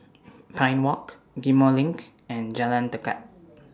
Pine Walk Ghim Moh LINK and Jalan Tekad